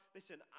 Listen